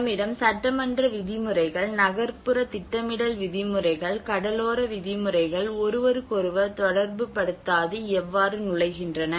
நம்மிடம் சட்டமன்ற விதிமுறைகள் நகர்ப்புற திட்டமிடல் விதிமுறைகள் கடலோர விதிமுறைகள் ஒருவருக்கொருவர் தொடர்புபடுத்தாது எவ்வாறு நுழைகின்றன